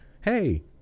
Hey